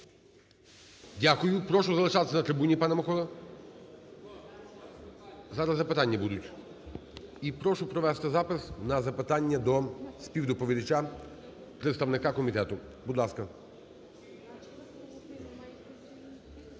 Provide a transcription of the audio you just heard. Дякую. Прошу залишатися на трибуні, пане Микола, зараз запитання будуть. І прошу провести запис на запитання до співдоповідача представника комітету, будь ласка.